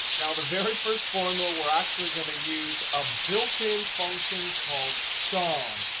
now, the very first formal, we're actually going to use a built-in function called sum.